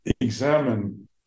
examine